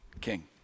king